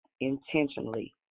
intentionally